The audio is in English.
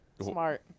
Smart